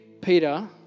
Peter